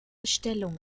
stellung